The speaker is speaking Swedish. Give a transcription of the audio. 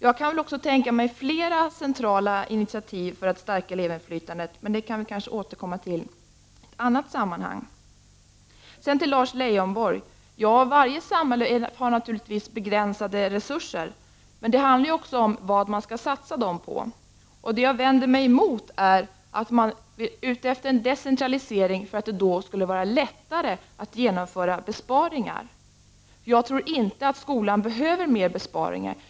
Jag kan tänka mig flera centrala initiativ för att stärka elevinflytandet, men det kan vi kanske återkomma till i ett annat sammanhang. Till Lars Leijonborg vill jag säga följande: Varje samhälle har naturligtvis begränsade resurser. Men det handlar också om vad man skall satsa resurserna på. Det jag vänder mig emot är att man är ute efter en decentralisering för att det då skulle vara lättare att genomföra besparingar. Jag tror inte att skolan behöver mer av besparingar.